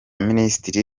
minisitiri